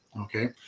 okay